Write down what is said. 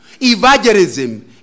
Evangelism